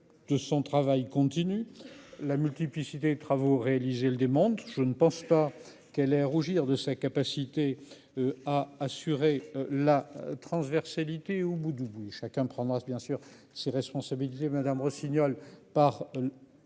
De son travail continue la multiplicité des travaux réalisés le démonte. Je ne pense pas qu'elle ait à rougir de sa capacité. À assurer la transversalité au bout du bout, chacun prendra bien sûr ses responsabilités Madame Rossignol par.